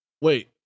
Wait